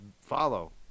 follow